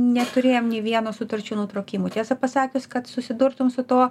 neturėjom nei vieno sutarčių nutraukimo tiesą pasakius kad susidurtum su tuo